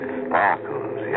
sparkles